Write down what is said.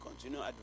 continue